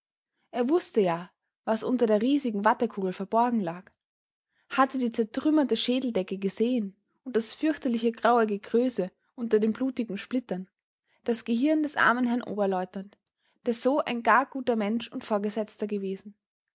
er wußte ja was unter der riesigen wattekugel verborgen lag hatte die zertrümmerte schädeldecke gesehen und das fürchterliche graue gekröse unter den blutigen splittern das gehirn des armen herrn oberleutnant der so ein gar guter mensch und vorgesetzter gewesen